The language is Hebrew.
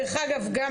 דרך אגב,